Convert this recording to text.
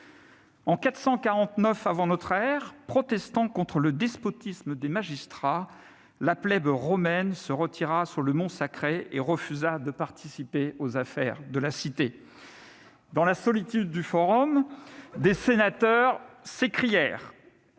En 449 avant notre ère, protestant contre le despotisme des magistrats, la plèbe romaine se retira sur le mont Sacré et refusa de participer aux affaires de la cité. Dans la solitude du forum, des sénateurs s'écrièrent